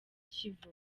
kivu